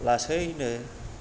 लासैनो